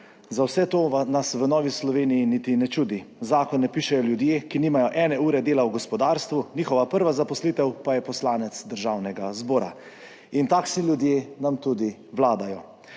Za vse to nas v Novi Sloveniji niti ne čudi. Zakon ne pišejo ljudje, ki nimajo ene ure dela v gospodarstvu, njihova prva zaposlitev pa je poslanec Državnega zbora. In takšni ljudje nam tudi vladajo.